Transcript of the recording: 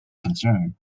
concern